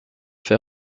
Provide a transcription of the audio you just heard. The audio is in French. fait